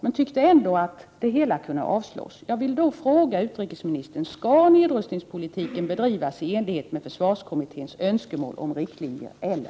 Men han tyckte ändå att det hela kunde avslås.